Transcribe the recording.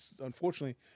unfortunately